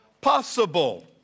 possible